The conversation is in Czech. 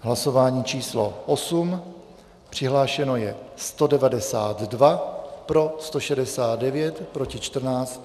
Hlasování číslo 8, přihlášeno je 192, pro 169, proti 14.